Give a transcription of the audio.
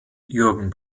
jürgen